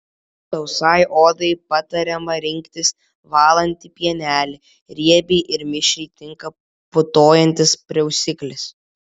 sausai odai patariama rinktis valantį pienelį riebiai ir mišriai tinka putojantis prausiklis